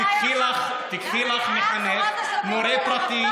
תיקחי לך מורה פרטי,